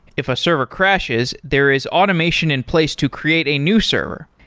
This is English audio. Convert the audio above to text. if a server crashes, there is automation in place to create a new server.